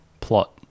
plot